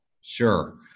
Sure